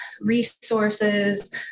resources